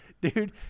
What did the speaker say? dude